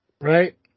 Right